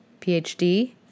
PhD